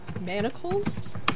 manacles